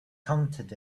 counted